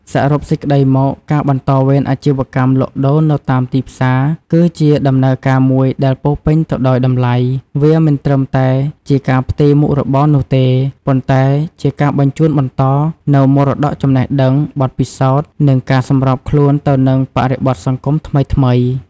សរុបសេចក្តីមក ការបន្តវេនអាជីវកម្មលក់ដូរនៅតាមទីផ្សារគឺជាដំណើរការមួយដែលពោរពេញទៅដោយតម្លៃ វាមិនត្រឹមតែជាការផ្ទេរមុខរបរនោះទេ ប៉ុន្តែជាការបញ្ជូនបន្តនូវមរតកចំណេះដឹង បទពិសោធន៍ និងការសម្របខ្លួនទៅនឹងបរិបទសង្គមថ្មីៗ។